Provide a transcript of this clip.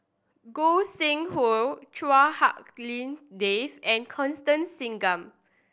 Gog Sing Hooi Chua Hak Lien Dave and Constance Singam